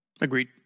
Agreed